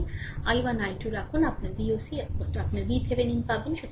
i1 i2 রাখুন আপনি VOC আপনার VThevenin পাবেন